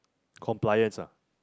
compliance ah